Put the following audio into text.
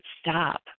stop